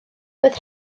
doedd